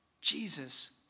Jesus